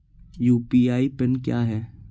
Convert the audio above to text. UPI PIN क्या है?